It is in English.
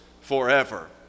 forever